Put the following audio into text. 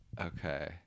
okay